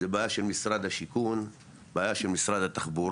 זו בעיה של משרד השיכון, בעיה של משרד התחבורה,